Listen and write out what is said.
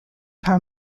par